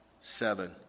Seven